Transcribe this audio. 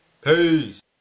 Peace